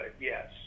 Yes